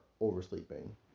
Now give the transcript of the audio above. oversleeping